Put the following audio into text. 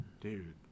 Dude